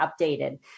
updated